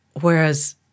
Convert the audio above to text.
Whereas